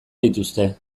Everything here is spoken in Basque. dituzte